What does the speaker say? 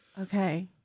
Okay